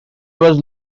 was